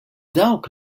dawk